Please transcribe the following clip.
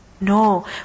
No